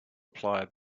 apply